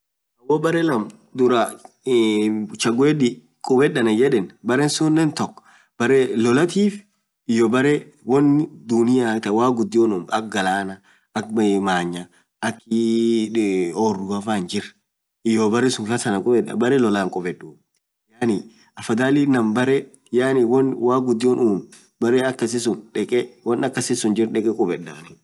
woo baree laaam chaguedii took biraa kubeed anan yedeen bareen sunen baree lolatiif hyo baree woan wanin umee akk baree galanaa akk manyaa akk orru anin baree lolaa hinkubeduu, afadhalin naam baree wanin uum dekee kubedaa anin.